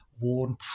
worn